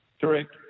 Correct